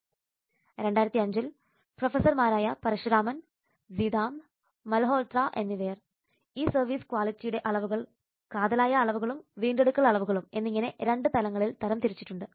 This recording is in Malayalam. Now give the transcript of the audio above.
2005 ൽ പ്രൊഫസർമാരായ പരശുരാമൻ സീതാംൽ മൽഹോത്ര എന്നിവർ ഇ സർവീസ് ക്വാളിറ്റിയുടെ അളവുകൾ കാതലായ അളവുകളും വീണ്ടെടുക്കൽ അളവുകളും എന്നിങ്ങനെ രണ്ട് തലങ്ങളിൽ തരം തിരിച്ചിട്ടുണ്ട്